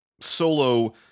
solo